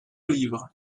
livre